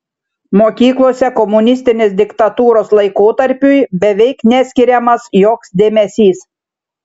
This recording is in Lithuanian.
mokyklose komunistinės diktatūros laikotarpiui beveik neskiriamas joks dėmesys